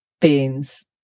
beans